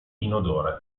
inodore